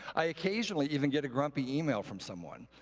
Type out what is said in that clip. i occasionally even get a grumpy email from someone.